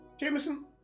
Jameson